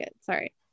Sorry